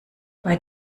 bei